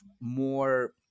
more